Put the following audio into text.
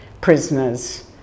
prisoners